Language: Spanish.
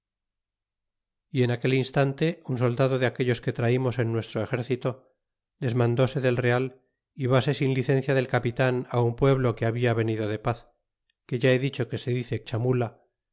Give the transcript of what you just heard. y en aquel instante un soldado de aquellos que traimos en nuestro cito desmandes del real y vaso sin licencia del capitan á un pueblo que habia venido de paz que ya he dicho que se dice chamula